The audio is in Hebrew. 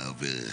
במצב